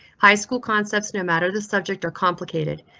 high school concepts, no matter the subject or complicated,